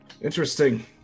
Interesting